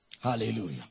Hallelujah